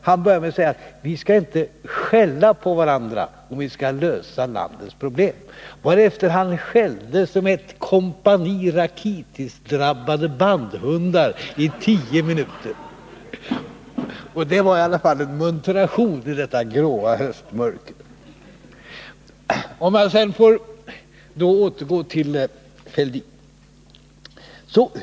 Han började med att säga att vi inte skall skälla på varandra om vi skall lösa landets problem, varefter han skällde som ett kompani rakitisdrabbade bandhundar i tio minuter. Det var i alla fall en muntration i detta gråa höstmörker. Jag återgår nu till Thorbjörn Fälldin.